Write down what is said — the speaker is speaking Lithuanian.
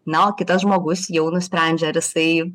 na o kitas žmogus jau nusprendžia ar jisai